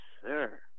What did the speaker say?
sir